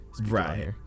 Right